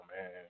man